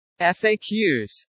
FAQs